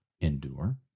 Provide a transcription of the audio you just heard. endure